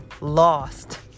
lost